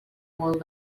molt